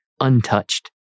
untouched